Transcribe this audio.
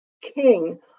king